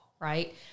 right